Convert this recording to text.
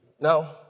Now